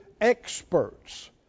experts